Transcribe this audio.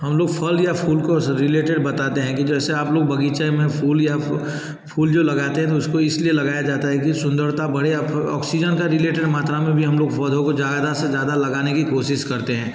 हम लोग फल या फूल को से रिलेटेड बताते हैं कि जैसे आप लोग बग़ीचे में फूल या फूल जो लगाते हैं तो उसको इस लि ए लगाया जाता है कि सुंदरता बढ़े आ फ ऑक्सीजन का रिलेटेड मात्रा में भी हम लोग पौधों को ज़्यादा से ज़्यादा लगाने की कोशिश करते हैं